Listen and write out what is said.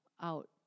out